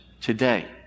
today